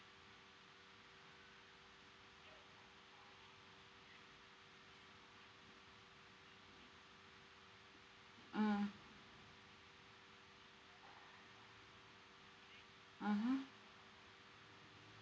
mm mmhmm